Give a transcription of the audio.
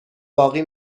باقی